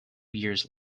years